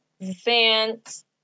Vance